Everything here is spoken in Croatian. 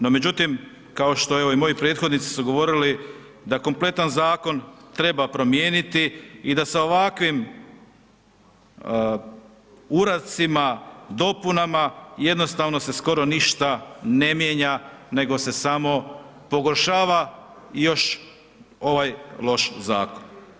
No, međutim, kao što evo, i moji prethodnici su govorili da kompletan zakon treba promijeniti i da sa ovakvim uradcima, dopunama, jednostavno se skoro ništa ne mijenja, nego se samo pogoršava i još ovaj loš zakon.